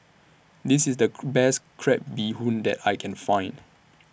This IS The Best Crab Bee Hoon that I Can Find